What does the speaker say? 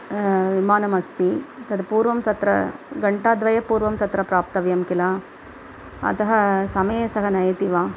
विमानमस्ति तत्पूर्वं तत्र घण्टाद्वयात्पूर्वं तत्र प्राप्तव्यं किल अतः समये सः नयति वा